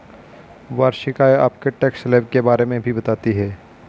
वार्षिक आय आपके टैक्स स्लैब के बारे में भी बताती है